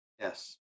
Yes